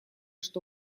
что